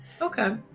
Okay